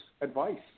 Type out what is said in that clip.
advice